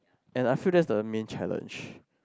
and I feel that's the main challenge